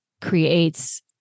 creates